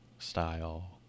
style